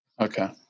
Okay